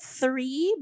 three